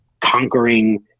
conquering